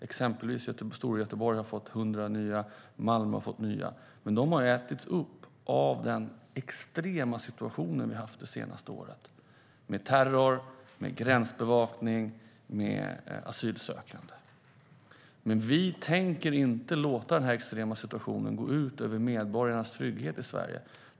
Exempelvis har Storgöteborg fått 100 nya poliser, och Malmö har fått nya. Men de har ätits upp av den extrema situation vi har haft det senaste året med terror, gränsbevakning och asylsökande. Vi tänker inte låta denna extrema situation gå ut över medborgarnas trygghet i Sverige.